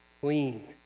clean